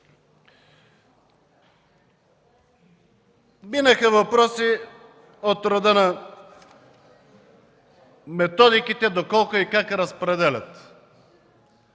Минаха въпроси от рода на методиките – доколко и как разпределят.